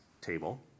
table